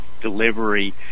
delivery